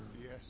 Yes